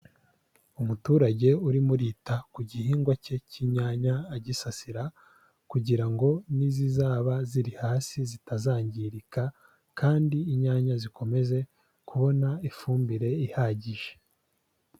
Umuturage urimo urita ku gihingwa cye cy'inyanya, agisasira kugira ngo n'izizaba ziri hasi zitazangirika kandi inyanya zikomeze kubona ifumbire ihagije.